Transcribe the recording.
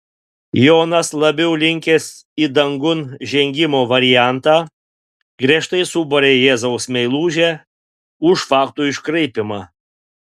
jonas labiau linkęs į dangun žengimo variantą griežtai subarė jėzaus meilužę už faktų iškraipymą